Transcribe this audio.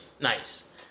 nice